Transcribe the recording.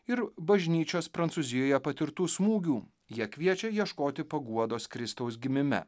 ir bažnyčios prancūzijoje patirtų smūgių jie kviečia ieškoti paguodos kristaus gimime